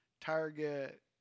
Target